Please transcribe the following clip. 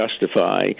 justify